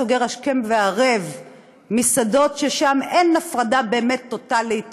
סוגר השכם והערב מסעדות ששם אין הפרדה באמת טוטלית